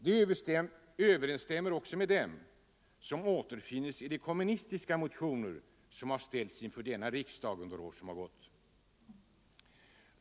De överensstämmer också med dem som återfinns i de kommunistiska motioner som väckts här i riksdagen.